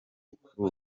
kuri